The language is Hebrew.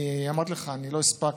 אני אמרתי לך, אני לא הספקתי.